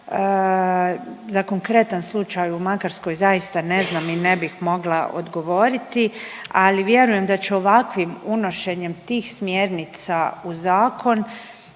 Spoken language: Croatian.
Za konkretan slučaj u Makarskoj zaista ne znam i ne bih mogla odgovoriti, ali vjerujem da će ovakvim unošenjem tih smjernica u zakon